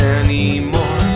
anymore